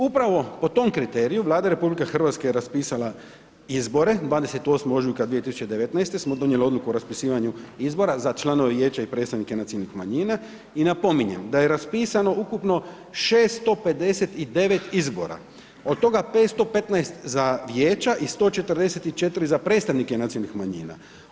Upravo po tom kriteriju Vlada RH je raspisala izbore 28. ožujka 2019. smo donijeli odluku o raspirivanju izbora za članove vijeća i predstavnike nacionalnih manjina i napominjem da je raspisano ukupno 659 izbora, od tog 515 za vijeća i 144 za predstavnike nacionalnih manjina.